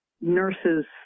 nurses